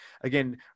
Again